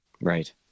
right